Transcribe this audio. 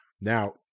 Now